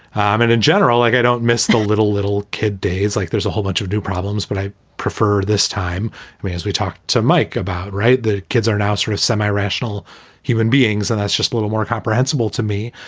um and in general, like, i don't miss the little little kid days. like, there's a whole bunch of new problems. but i prefer this time. i mean, as we talked to mike about. right, the kids are now sort of semi rational human beings and that's just a little more comprehensible to me.